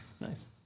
Nice